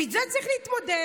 ועם זה צריך להתמודד.